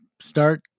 start